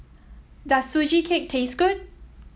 does Sugee Cake taste good